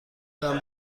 دهم